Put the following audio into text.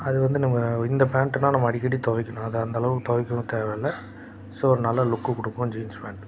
அது வந்து நம்ம இந்த பேண்ட்டுனால் நம்ம அடிக்கடி துவைக்கணும் அதை அந்தளவுக்கு துவைக்கவும் தேவை இல்லை ஸோ நல்ல லுக்கு கொடுக்கும் ஜீன்ஸ் பேண்ட்